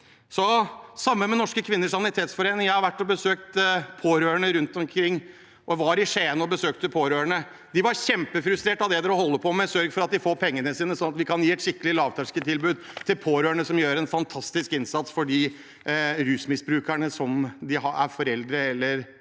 samme gjelder Norske Kvinners Sanitetsforening. Jeg har vært og besøkt pårørende rundt omkring. Jeg var i Skien og besøkte pårørende. De var kjempefrustrert over det regjeringen holder på med. Sørg for at de får pengene sine, sånn at vi kan gi et skikkelig lavterskeltilbud til pårørende som gjør en fantastisk innsats for de rusmisbrukerne de er foreldre eller